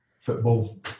football